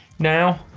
now?